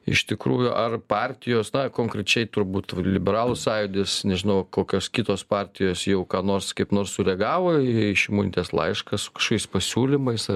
iš tikrųjų ar partijos na konkrečiai turbūt liberalų sąjūdis nežinau kokios kitos partijos jau ką nors kaip nors sureagavo į šimonytės laišką su kažkokiais pasiūlymais